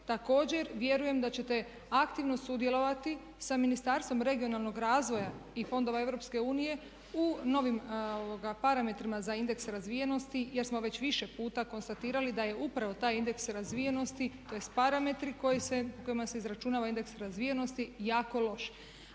Također, vjerujem da ćete aktivno sudjelovati sa Ministarstvom regionalnog razvoja i fondova EU u novim parametrima za indeks razvijenosti jer smo već više puta konstatirali da je upravo taj indeks razvijenosti tj. parametri kojima se izračunava indeks razvijenosti jako loš.